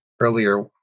earlier